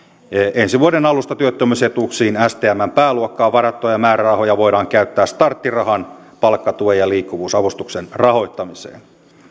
ensi vuoden alusta työttömyysetuuksiin stmn pääluokkaan varattuja määrärahoja voidaan käyttää starttirahan palkkatuen ja liikkuvuusavustuksen rahoittamiseen